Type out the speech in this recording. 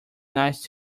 nice